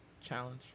Challenge